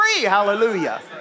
Hallelujah